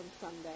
Sunday